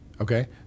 Okay